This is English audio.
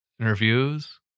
interviews